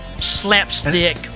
slapstick